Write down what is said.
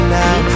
now